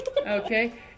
Okay